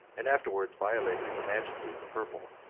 and afterwards violated the majesty of the purple.